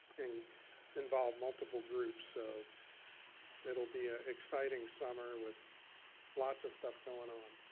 and involve multiple groups, so it'll be a exciting summer with lots of stuff goin' on.